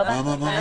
מה?